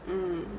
mmhmm